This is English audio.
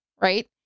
right